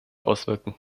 auswirken